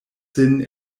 sin